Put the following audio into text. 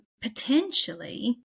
potentially